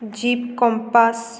jeep compass